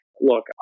look